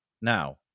now